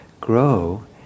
grow